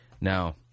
Now